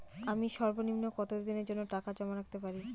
আমি সর্বনিম্ন কতদিনের জন্য টাকা জমা রাখতে পারি?